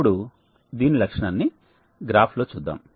ఇప్పుడు దీని లక్షణాన్ని గ్రాఫ్ లో చూద్దాం